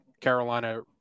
Carolina